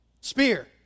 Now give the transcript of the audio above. spear